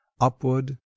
Upward